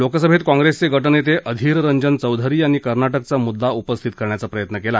लोकसभेत काँग्रेसचे गटनेते अधीर रंजन चौधरी यांनी कर्नाटकचा मुद्दा उपस्थित करण्याचा प्रयत्न केला